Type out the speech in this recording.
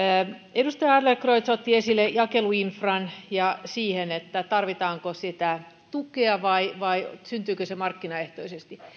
edustaja adlercreutz otti esille jakeluinfran ja sen tarvitaanko sitä tukea vai vai syntyykö se markkinaehtoisesti